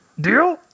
deal